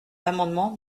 l’amendement